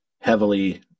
heavily